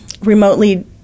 remotely